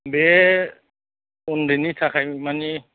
बे उन्दैनि थाखाय मानि